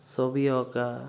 ছবি অঁকা